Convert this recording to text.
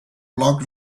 bloc